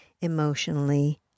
emotionally